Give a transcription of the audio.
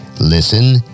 listen